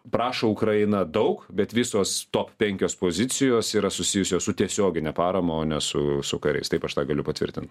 prašo ukraina daug bet visos top penkios pozicijos yra susijusios su tiesiogine parama o ne su su kariais taip aš tą galiu patvirtint